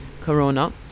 Corona